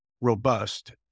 robust